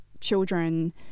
children